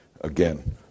Again